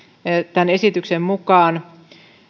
tämän esityksen mukaan